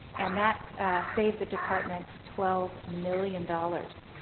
and that saved the department twelve million dollars.